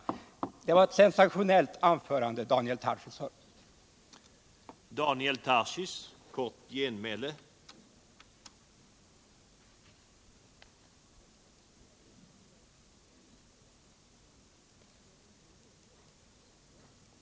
Det var, som sagt, ett sensationellt anförande som Daniel Tarschys höll.